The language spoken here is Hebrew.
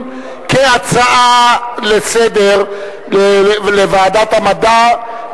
בעיקר בזכות הצטרפותם לשורות הפרטיזנים ולארגון שחרור מקדוניה הכבושה.